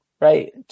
right